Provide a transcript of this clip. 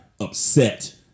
upset